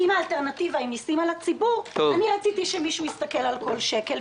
כי אם האלטרנטיבה היא מיסים על הציבור רציתי שמישהו יסתכל על כל שקל,